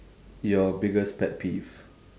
your biggest pet peeve